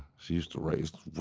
she used to raise